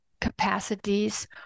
capacities